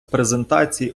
презентації